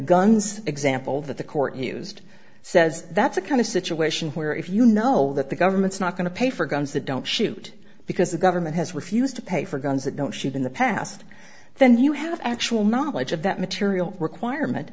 guns example that the court used says that's a kind of situation where if you know that the government's not going to pay for guns they don't shoot because the government has refused to pay for guns that don't ship in the past then you have actual knowledge of that material requirement